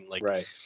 Right